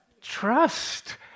Trust